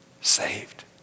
saved